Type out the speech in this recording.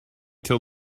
till